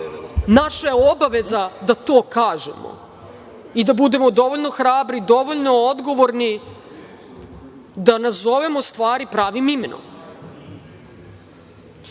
Naša je obaveza da to kažemo i da budemo dovoljno hrabri, dovoljno odgovorni da nazovemo stvari pravim